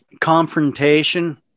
confrontation